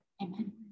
Amen